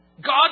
God